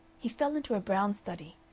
he fell into a brown study.